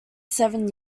seven